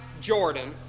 Jordan